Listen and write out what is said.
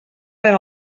per